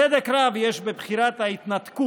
צדק רב יש בבחירת ההתנתקות